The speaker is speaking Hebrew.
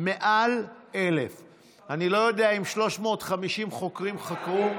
מעל 1,000. אני לא יודע אם 350 חוקרים חקרו.